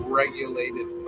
regulated